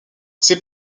ses